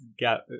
got